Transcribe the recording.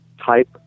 type